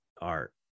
art